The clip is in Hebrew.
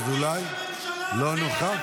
ינון אזולאי לא נוכח?